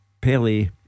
Pele